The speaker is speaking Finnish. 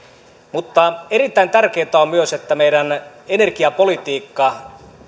mutta erittäin tärkeätä on myös että meidän energiapolitiikkamme